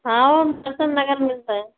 हाँ हम दर्शन नगर मिलते हैं